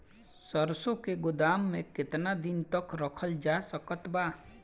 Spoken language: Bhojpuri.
सरसों के गोदाम में केतना दिन तक रखल जा सकत बा?